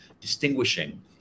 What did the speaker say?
distinguishing